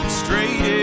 straight